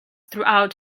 throughout